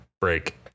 break